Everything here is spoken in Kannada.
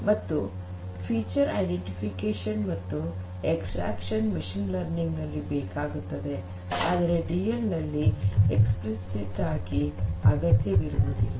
ಮತ್ತು ವೈಶಿಷ್ಟ್ಯಗಳ ಗುರುತಿಸುವಿಕೆ ಮತ್ತು ಎಕ್ಸ್ಟ್ರಾಕ್ಷನ್ ಮಷೀನ್ ಲರ್ನಿಂಗ್ ನಲ್ಲಿ ಬೇಕಾಗುತ್ತದೆ ಆದರೆ ಡಿಎಲ್ ನಲ್ಲಿ ಎಕ್ಸ್ಪ್ಲಿಸಿಟ್ ಆಗಿ ಅಗತ್ಯವಿರುವುದಿಲ್ಲ